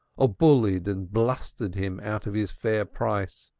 or bullied and blustered him out of his fair price,